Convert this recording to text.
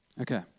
Okay